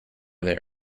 they